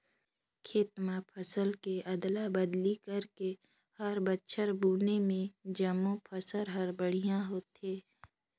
खेत म फसल के अदला बदली करके हर बछर बुने में जमो फसल हर बड़िहा होथे